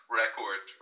record